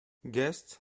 guests